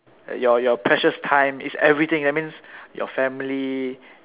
your your precious time it's everything that means your family